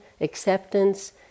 acceptance